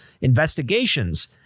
investigations